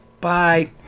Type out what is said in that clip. Bye